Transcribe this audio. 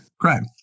Crime